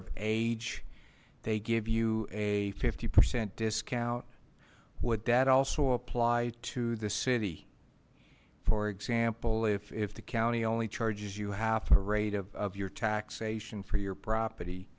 of age they give you a fifty percent discount would that also apply to the city for example if the county only charges you half a rate of your taxation for your property